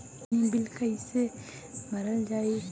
पानी बिल कइसे भरल जाई?